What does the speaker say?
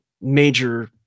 major